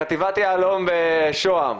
חטיבת יהלום בשוהם,